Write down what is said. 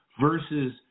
versus